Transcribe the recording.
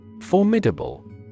Formidable